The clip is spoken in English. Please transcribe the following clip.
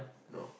no